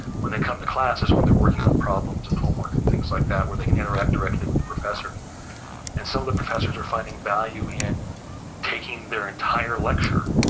when they come to classes is when they're working on problems and homework and things like that where they can interact directly with the professor and some of the professors are finding value in taking their entire lecture,